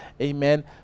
amen